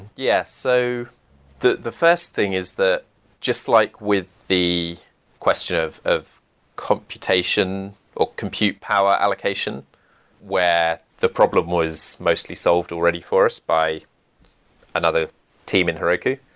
yes. so the the first thing is that just like with the question of of computation or compute power allocation where the problem was mostly solved already first by another team in heroku,